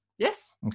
yes